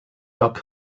dock